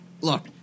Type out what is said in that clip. look